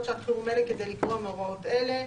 שעת חירום אלה כדי לגרוע מהוראות אלה: